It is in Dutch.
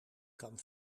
kan